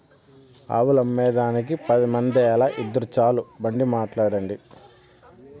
ఆవులమ్మేదానికి పది మందేల, ఇద్దురు చాలు బండి మాట్లాడండి